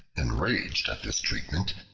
enraged at this treatment,